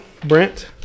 Brent